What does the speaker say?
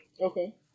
Okay